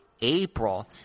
April